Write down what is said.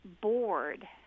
bored